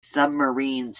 submarine